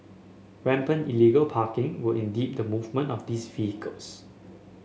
rampant illegal parking will impede the movement of these vehicles